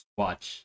watch